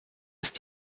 ist